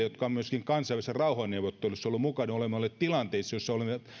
jotka olemme myöskin kansainvälisissä rauhanneuvotteluissa olleet mukana olemme olleet tilanteissa joissa olemme